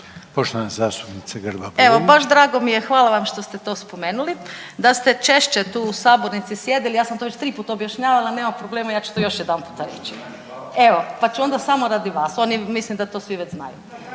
**Grba-Bujević, Maja (HDZ)** Evo baš drago mi je, hvala vam što ste to spomenuli. Da ste češće tu u sabornici sjedili, ja sam to već triput objašnjavala, nema problema ja ću to još jedan puta reći evo pa ću onda samo radi vas. Oni mislim da to svi već znaju.